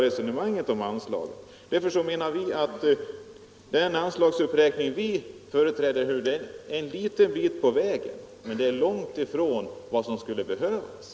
Vi menar att den anslagsuppräkning som vi föreslår är en liten bit på vägen men långt ifrån vad som skulle behövas.